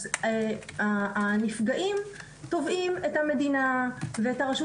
אז הנפגעים תובעים את המדינה ואת הרשות